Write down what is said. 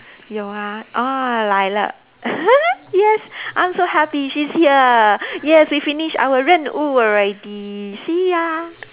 有 oh 来了 yes I'm so happy she's here yes we finish our 任务 already see you